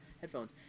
headphones